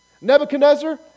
Nebuchadnezzar